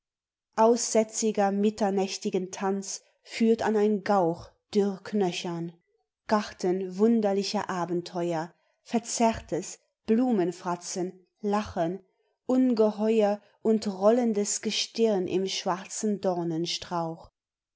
aussätziger mitternächtigen tanz führt an ein gauch dürrknöchern garten wunderlicher abenteuer verzerrtes blumenfratzen lachen ungeheuer und rollendes gestirn im schwarzen